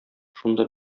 шунда